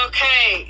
Okay